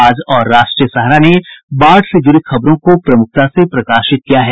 आज और राष्ट्रीय सहारा ने बाढ़ से जुड़ी खबरों को प्रमुखता से प्रकाशित किया है